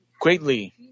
greatly